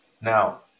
Now